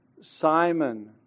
Simon